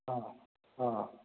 ꯑꯥ ꯑꯥ